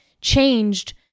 changed